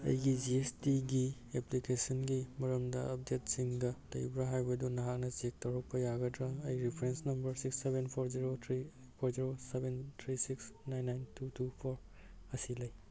ꯑꯩꯒꯤ G S ꯇꯤꯒꯤ ꯑꯦꯄ꯭ꯂꯤꯀꯦꯁꯟꯒꯤ ꯃꯔꯝꯗ ꯑꯞꯗꯦꯗꯁꯤꯡꯒ ꯂꯩꯕ꯭ꯔꯥ ꯍꯥꯏꯕꯗꯨ ꯅꯍꯥꯛꯅ ꯆꯦꯛ ꯇꯧꯔꯛꯄ ꯌꯥꯒꯗ꯭ꯔꯥ ꯑꯩꯒꯤ reference number six seven four zero three four zero seven three six nine nine two two four ꯑꯁꯤ ꯂꯩ